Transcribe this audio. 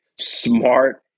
smart